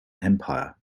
empire